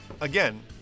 again